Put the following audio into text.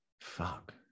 fuck